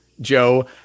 Joe